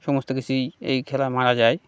সমস্ত কিছুই এই খেলা মারা যায়